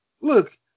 look